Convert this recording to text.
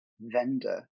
vendor